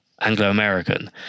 Anglo-American